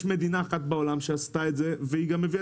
יש מדינה אחת בעולם שעשתה את זה והיא גם הביאה